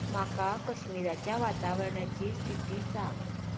म्हाका कश्मिराच्या वातावरणाची स्थिती सांग